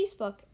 Facebook